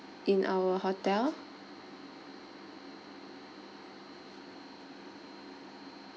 in our hotel